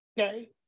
okay